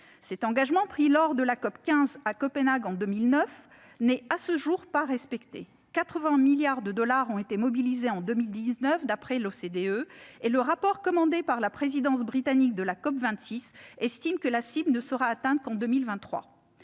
Cet engagement, pris lors de la COP15 à Copenhague, en 2009, n'est à ce jour pas respecté : 80 milliards de dollars ont été mobilisés en 2019, d'après l'OCDE, et le rapport commandé par la présidence britannique de la COP26 estime que la cible ne sera atteinte qu'en 2023.